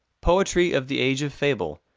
poetry of the age of fable,